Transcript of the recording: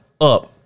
up